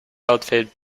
outfit